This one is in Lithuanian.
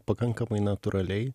pakankamai natūraliai